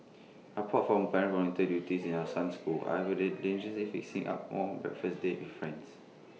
apart from parent volunteer duties in our son's school I would diligently fixing up more breakfast dates with friends